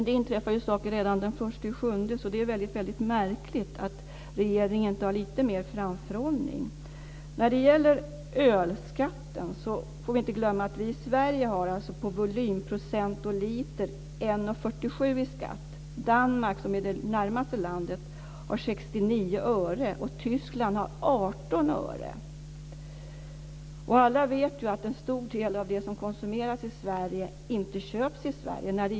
Det inträffar ju saker redan den 1 juli, så det är väldigt märkligt att regeringen inte har lite mer framförhållning. När det gäller ölskatten får vi inte glömma att vi i Danmark, som är det närmaste landet, har 69 öre och Tyskland har 18 öre! Alla vet att en stor del av det som konsumeras i Sverige inte köps i Sverige.